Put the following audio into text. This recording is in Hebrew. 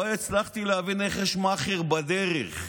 לא הצלחתי להבין איך יש מאכער בדרך.